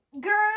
girl